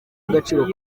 agaciro